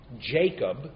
Jacob